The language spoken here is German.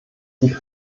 die